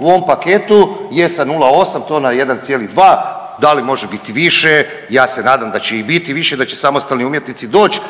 u ovom paketu je sa 0,8 to na 1,2. Da li može biti više? Ja se nadam da će i biti više, da će samostalni umjetnici doći